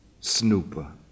snooper